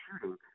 shooting